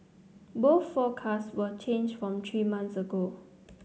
both forecasts were changed from three months ago